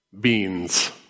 beans